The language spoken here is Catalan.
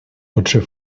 potser